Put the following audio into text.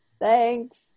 Thanks